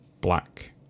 Black